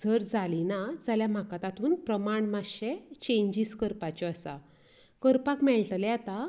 जर जाली ना जाल्यार म्हाका तातूंत प्रमाण मातशें चेंन्जीस करपाच्यो आसा करपाक मेळटले आतां